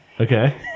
okay